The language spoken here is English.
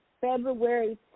February